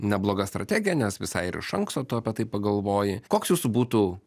nebloga strategija nes visai ir iš anksto tu apie tai pagalvoji koks jūsų būtų